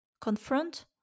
confront